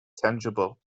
tangible